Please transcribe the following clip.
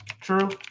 true